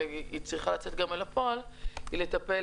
צריכה לצאת לפועל לטפל